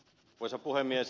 arvoisa puhemies